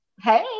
Hey